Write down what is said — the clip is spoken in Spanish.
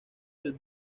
del